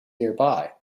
nearby